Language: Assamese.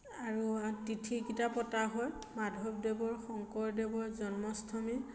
আৰু তিথিকেইটা পতা হয় মাধৱদেৱৰ শংকৰদেৱৰ জন্মাষ্টমী